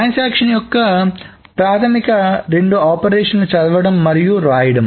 transaction యొక్క ప్రాథమిక రెండు ఆపరేషన్ లు చదవడం మరియు వ్రాయడం